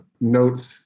notes